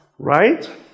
Right